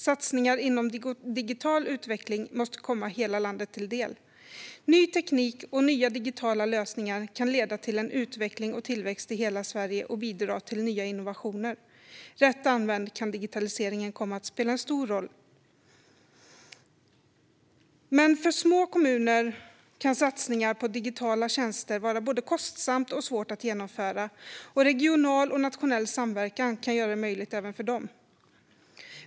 Satsningar inom digital utveckling måste komma hela landet till del. Ny teknik och nya digitala lösningar kan leda till en utveckling och tillväxt i hela Sverige och bidra till nya innovationer. Rätt använd kan digitaliseringen komma att spela en stor roll. För små kommuner kan satsningar på digitala tjänster vara både kostsamma och svåra att genomföra, men regional och nationell samverkan kan göra det möjligt även för dem.